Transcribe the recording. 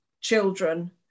children